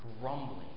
grumbling